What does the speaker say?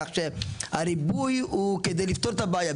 כך שהריבוי הוא כדי לפתור את הבעיה.